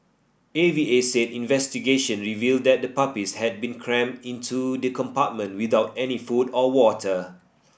A V A said investigation revealed that the puppies had been crammed into the compartment without any food or water